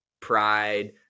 pride